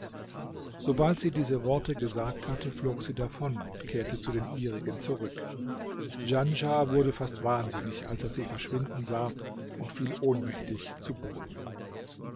sobald sie diese worte gesagt hatte flog sie davon und kehrte zu den ihrigen zurück djanschah wurde fast wahnsinnig als er sie verschwinden sah und fiel ohnmächtig zu boden